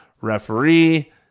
referee